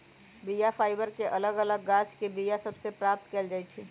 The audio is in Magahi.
बीया फाइबर के अलग अलग गाछके बीया सभ से प्राप्त कएल जाइ छइ